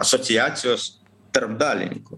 asociacijos tarp dalininkų